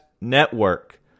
Network